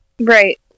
Right